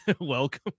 welcome